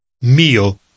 Meal